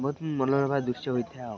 ବହୁତ ମନଲୋଭା ଦୃଶ୍ୟ ହୋଇଥାଏ ଆଉ